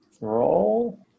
Roll